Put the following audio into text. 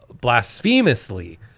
blasphemously